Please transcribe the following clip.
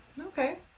Okay